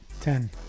Ten